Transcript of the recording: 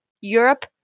Europe